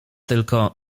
tylko